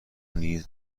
نیز